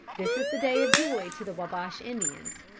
this is the day of joy to the wabash indians.